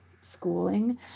schooling